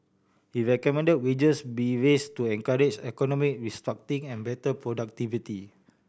he recommend wages be raise to encourage economic restructuring and better productivity